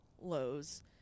lows